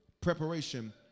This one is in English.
preparation